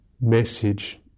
message